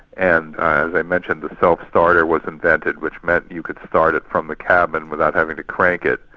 and as i mentioned, the self-starter was invented which meant you could start it from the cabin without having to crank it.